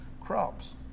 crops